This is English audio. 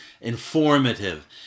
informative